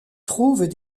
trouvent